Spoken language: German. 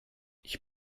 ich